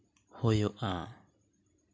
ᱦᱳᱭᱳᱜᱼᱟ